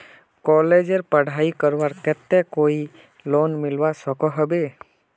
कॉलेजेर पढ़ाई करवार केते कोई लोन मिलवा सकोहो होबे?